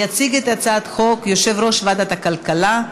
יציג את הצעת החוק יושב-ראש ועדת הכלכלה,